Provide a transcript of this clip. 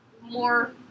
More